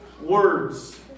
words